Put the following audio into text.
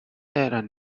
that